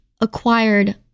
acquired